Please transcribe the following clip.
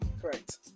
Correct